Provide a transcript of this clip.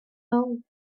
reason